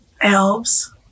Elves